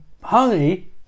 honey